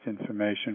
information